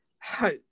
Hope